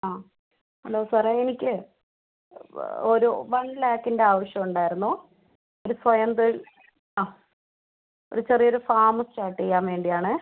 ആ ഹലോ സാറേ എനിക്ക് ഒരു വൺ ലാക്കിൻ്റെ ആവശ്യമുണ്ടായിരുന്നു ഒരു സ്വയം തൊഴിൽ ആ ഒരു ചെറിയൊരു ഫാമ് സ്റ്റാർട്ട് ചെയ്യാൻ വേണ്ടിയാണ്